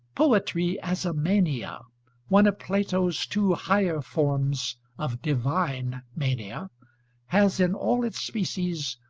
poetry as a mania one of plato's two higher forms of divine mania has, in all its species,